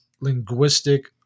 linguistic